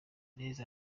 neza